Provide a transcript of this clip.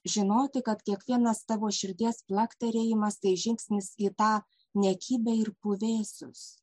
žinoti kad kiekvienas tavo širdies plakterėjimas tai žingsnis į tą niekybę ir puvėsius